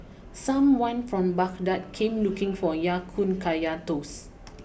someone from Baghdad came looking for Ya Kun Kaya Toast